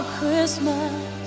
Christmas